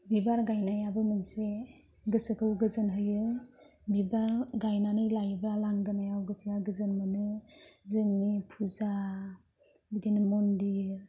बिबार गाइनायाबो मोनसे गोसोखौ गोजोन होयो बिबार गाइनानै लायोब्ला लांगोनायाव गोसोआ गोजोन मोनो जोंनि फुजा बिदिनो मन्दिर